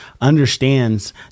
understands